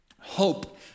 Hope